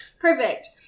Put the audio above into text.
Perfect